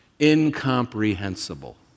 incomprehensible